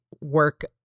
work